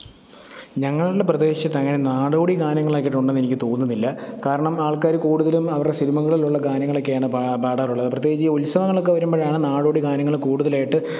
ഞങ്ങളുടെ പ്രദേശത്തങ്ങനെ നാടോടി ഗാനങ്ങളാക്കിയിട്ടുണ്ടെന്നെനിക്ക് തോന്നുന്നില്ല കാരണം ആൾക്കാര് കൂടുതലും അവരുടെ സിനിമകളിലൊള്ള ഗാനങ്ങളക്കെയാണ് പാടാറുള്ളത് പ്രത്യേകിച്ച് ഈ ഉത്സവങ്ങളൊക്കെ വരുമ്പോഴാണ് നാടോടി ഗാനങ്ങള് കൂടുതലായിട്ട്